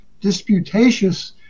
disputatious